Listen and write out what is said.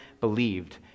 believed